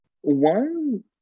One